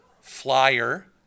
flyer